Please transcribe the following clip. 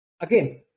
Again